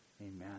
Amen